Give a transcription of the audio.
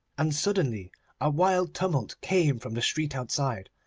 and suddenly a wild tumult came from the street outside,